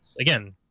again